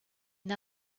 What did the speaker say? une